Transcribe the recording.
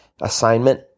Assignment